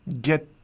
get